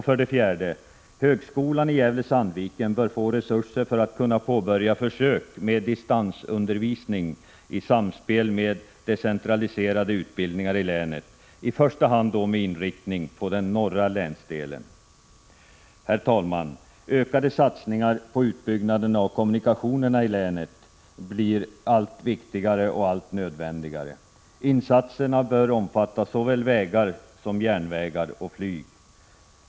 För det fjärde: Högskolan i Gävle — Sandviken bör få resurser för att kunna påbörja försök med distansundervisning i samspel med decentraliserade utbildningar i länet, i första hand med inriktning på den norra länsdelen. Herr talman! Ökade satsningar på utbyggnad av kommunikationerna i länet blir allt viktigare och alltmer nödvändiga. Insatserna bör omfatta såväl vägar som järnvägar och flyg.